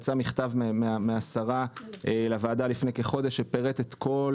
יצא מכתב מהשרה לוועדה לפני כחודש שפירט את כל